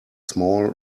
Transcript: small